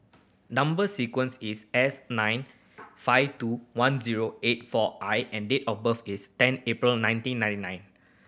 number sequence is S nine five two one zero eight four I and date of birth is ten April nineteen ninety nine